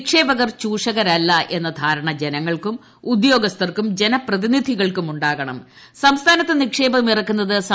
നിക്ഷേപകർ ചൂഷകരമല്ല എന്ന ധാരണ ജനങ്ങൾക്കും ഉദ്യോഗസ്ഥർക്കും ജനപ്രതിനിധികൾക്കും സംസ്ഥാനത്ത് നിക്ഷേപം ഇറക്കുന്നവർക്ക് ഉണ്ടാകണം